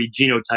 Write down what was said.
genotype